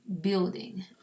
building